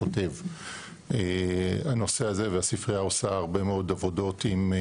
החוק שאנחנו כותבות הוא חוק חדש התחלנו אותו מאפס,